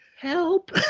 help